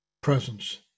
presence